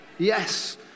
Yes